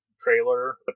trailer